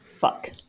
fuck